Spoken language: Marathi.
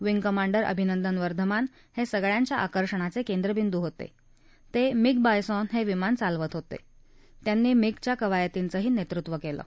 विंग कमांडर अभिनंदन वर्धमान हसिगळ्यांच्या आकर्षणाचक्रिद्र बिंदू होत केन मिग बायसॉन हाशिमान चालवत होता त्यांनी मिगच्या कवायतींचा नसूचि कळि